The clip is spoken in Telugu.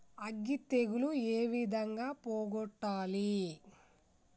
అగ్గి తెగులు ఏ విధంగా పోగొట్టాలి?